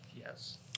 Yes